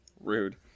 Rude